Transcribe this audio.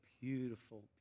beautiful